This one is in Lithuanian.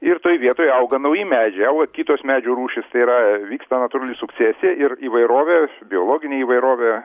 ir toj vietoj auga nauji medžiai auga kitos medžių rūšys tai yra vyksta natūrali sukcesija ir įvairovės biologinė įvairovė